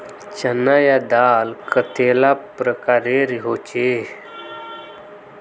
चना या दाल कतेला प्रकारेर होचे?